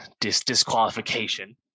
disqualification